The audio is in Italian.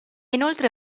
inoltre